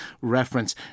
reference